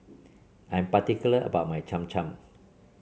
I am particular about my Cham Cham